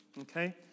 Okay